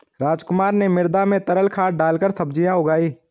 रामकुमार ने मृदा में तरल खाद डालकर सब्जियां उगाई